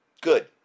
good